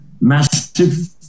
massive